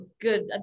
good